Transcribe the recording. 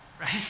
right